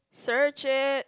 search it